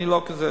אני לא כזה